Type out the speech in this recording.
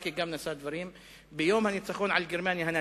שנה לפני גם חבר הכנסת ברכה נשא דברים ביום הניצחון על גרמניה הנאצית.